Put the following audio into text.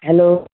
hello